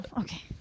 Okay